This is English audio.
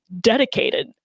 dedicated